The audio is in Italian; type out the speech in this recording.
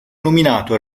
nominato